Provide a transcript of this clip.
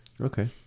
Okay